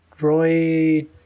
Roy